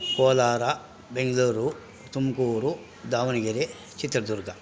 Kolar Bengaluru Tumakuru Davanagere Chitradurga